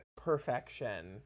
Perfection